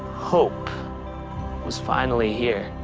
hope was finally here.